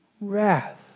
wrath